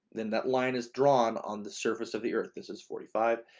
then that line is drawn on the surface of the earth. this is forty five.